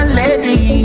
lady